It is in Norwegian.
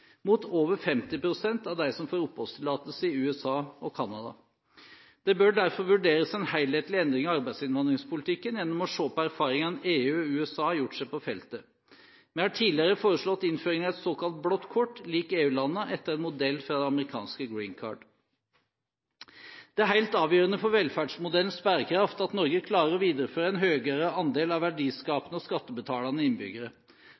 mot over 50 pst. av dem som får oppholdstillatelse i USA og Canada. Det bør derfor vurderes en helhetlig endring av arbeidsinnvandringspolitikken gjennom å se på erfaringene EU og USA har gjort seg på feltet. Vi har tidligere foreslått innføringen av et såkalt «Blått kort» lik EU-landene, etter modell fra det amerikanske «Green Card». Det er helt avgjørende for velferdsmodellens bærekraft at Norge klarer å videreføre en høyere andel av verdiskapende og skattebetalende innbyggere.